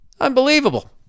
Unbelievable